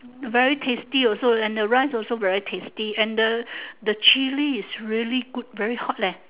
very tasty also and the rice also very tasty and the the chili is very good very hot leh